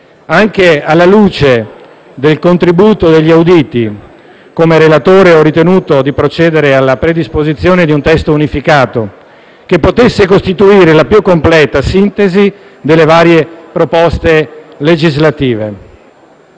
Anche alla luce del contributo degli auditi, come relatore ho ritenuto di procedere alla predisposizione di un testo unificato che potesse costituire la più completa sintesi delle varie proposte legislative.